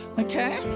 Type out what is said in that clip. okay